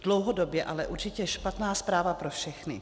Dlouhodobě ale určitě špatná zpráva pro všechny.